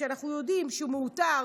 כשאנחנו יודעים שהוא מאותר,